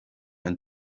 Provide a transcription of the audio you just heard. and